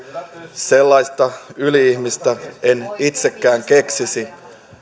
sellaista yli ihmistä en itsekään keksisi